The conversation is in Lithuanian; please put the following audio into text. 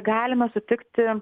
galime sutikti